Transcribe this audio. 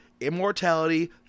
Immortality